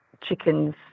chickens